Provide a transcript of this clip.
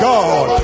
God